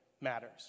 matters